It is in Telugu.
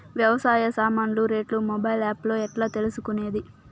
వ్యవసాయ సామాన్లు రేట్లు మొబైల్ ఆప్ లో ఎట్లా తెలుసుకునేది?